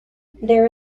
there